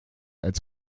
als